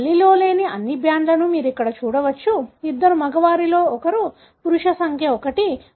కాబట్టి తల్లిలో లేని అన్ని బ్యాండ్లను మీరు ఇక్కడ చూడవచ్చు ఇద్దరు మగవారిలో ఒకరు పురుష సంఖ్య 1